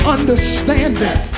Understanding